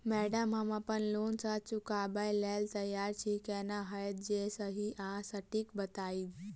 Madam हम अप्पन loan केँ चुकाबऽ लैल तैयार छी केना हएत जे सही आ सटिक बताइब?